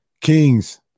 Kings